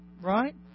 Right